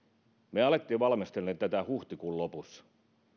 me aloimme valmistelemaan tätä jo huhtikuun lopussa